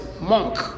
monk